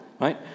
right